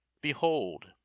Behold